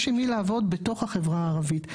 יש עם מי לעבוד בתוך החברה הערבית,